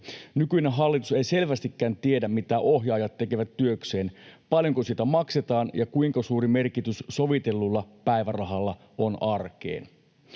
Nykyinen hallitus ei selvästikään tiedä, mitä ohjaajat tekevät työkseen, paljonko siitä maksetaan ja kuinka suuri merkitys sovitellulla päivärahalla on arkeen.